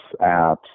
apps